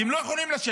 כי הם לא יכולים לשבת,